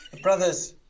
brother's